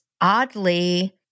oddly